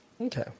Okay